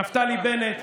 נפתלי בנט,